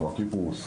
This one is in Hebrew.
כמו הקיפרוס,